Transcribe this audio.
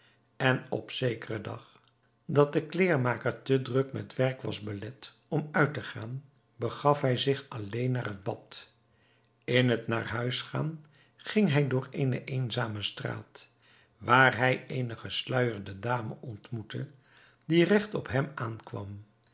en op zekeren dag dat de kleêrmaker te druk met werk was belet om uit te gaan begaf hij zich alleen naar het bad in het naar huis gaan ging hij door eene eenzame straat waar hij eene gesluijerde dame ontmoette die regt op hem aankwam